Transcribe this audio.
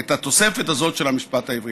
את התוספת הזאת של המשפט העברי?